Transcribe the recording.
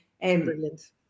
Brilliant